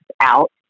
out